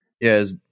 Yes